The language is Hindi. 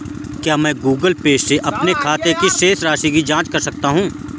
क्या मैं गूगल पे से अपने खाते की शेष राशि की जाँच कर सकता हूँ?